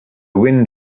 wind